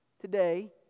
Today